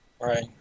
Right